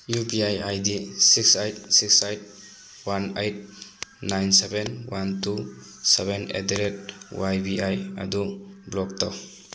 U P I I D six eight six eight one eight nine seven one two seven eight at the ꯋꯥꯏ Y B I ꯑꯗꯨ block ꯇꯧ